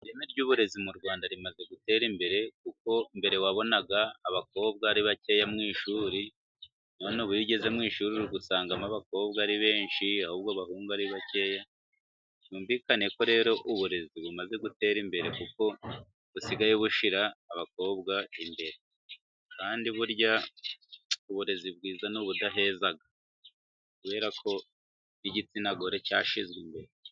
Ireme ry'uburezi mu Rwanda rimaze gutera imbere, kuko mbere wabonaga abakobwa ari bakeya mu ishuri, none ubu iyo ugeze mu ishuri usangamo abakobwa ari benshi, ahubwo abahungu ari bake. Byumvikane ko rero uburezi bumaze gutera imbere kuko busigaye bushyira abakobwa imbere. Kandi burya uburezi bwiza ni ubudaheza kubera ko n'igitsina gore cyashizwe imbere.